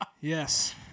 Yes